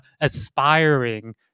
aspiring